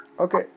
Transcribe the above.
Okay